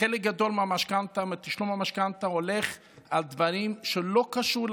חלק גדול מתשלום המשכנתה הולך על דברים שלא קשורים